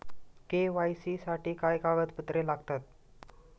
KYC साठी काय कागदपत्रे लागतात?